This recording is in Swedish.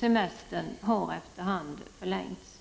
Semestern har efter hand förlängts.